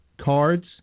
cards